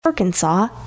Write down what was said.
Arkansas